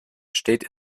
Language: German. steht